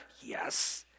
yes